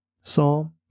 Psalm